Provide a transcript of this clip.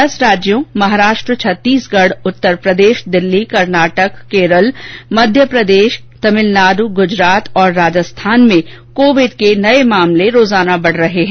दस राज्यों महाराष्ट्र छत्तीसगढ उत्तरप्रदेश दिल्ली कर्नाटक केरल मध्यप्रदेश तमिलनाडु गुजरात और राज्स्थान में कोविड के नये मामले प्रतिदिन बढ रहे हैं